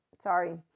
Sorry